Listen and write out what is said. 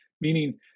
meaning